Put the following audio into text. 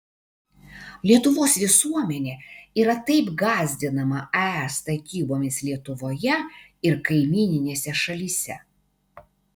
lietuvos visuomenė yra ir taip gąsdinama ae statybomis lietuvoje ir kaimyninėse šalyse